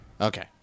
Okay